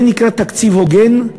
זה נקרא תקציב הוגן?